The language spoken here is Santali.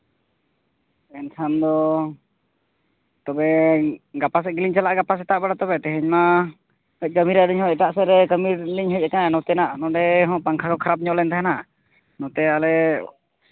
ᱮᱱᱠᱷᱟᱱ ᱫᱚ ᱛᱚᱵᱮ ᱜᱟᱯᱟ ᱥᱮᱫ ᱜᱮᱞᱤᱧ ᱪᱟᱞᱟᱜᱼᱟ ᱜᱟᱯᱟ ᱥᱮᱛᱟᱜ ᱵᱮᱲᱟ ᱛᱮᱦᱤᱧ ᱢᱟ ᱠᱟᱹᱡ ᱠᱟᱹᱢᱤᱨᱮ ᱟᱹᱞᱤᱧ ᱦᱚᱸ ᱮᱴᱟᱜ ᱥᱮᱫ ᱨᱮ ᱠᱟᱹᱢᱤ ᱨᱮᱞᱤᱧ ᱦᱮᱡ ᱠᱟᱱᱟ ᱱᱚᱛᱮᱱᱟᱜ ᱱᱚᱰᱮ ᱯᱟᱝᱠᱷᱟ ᱠᱚ ᱠᱷᱟᱨᱟᱯ ᱧᱚᱜ ᱞᱮᱱ ᱛᱟᱦᱮᱱᱟ ᱱᱚᱛᱮ ᱟᱞᱮ